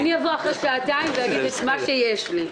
אבוא אחרי שעתיים ואגיד את מה שיש לי.